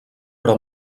però